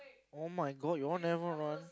[oh]-my-god you all never run